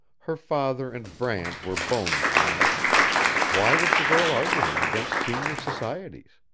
her father and brant were bones men why was the girl arguing against senior societies?